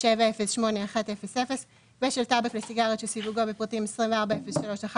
85.43.708100 ושל טבק לסיגריות שסיווגו בפרטים 24.03.191000,